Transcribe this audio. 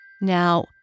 Now